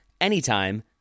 anytime